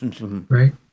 right